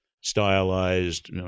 stylized